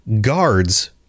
guards